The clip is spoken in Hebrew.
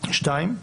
שנית,